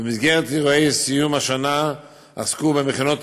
ובמסגרת אירועי סיום השנה עסקו במכינות